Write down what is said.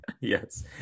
Yes